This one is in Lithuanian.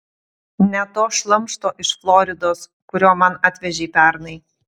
ne to šlamšto iš floridos kurio man atvežei pernai